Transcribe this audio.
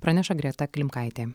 praneša greta klimkaitė